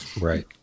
Right